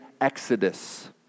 Exodus